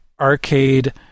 arcade